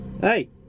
Hey